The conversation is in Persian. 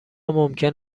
ممکن